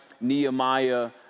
Nehemiah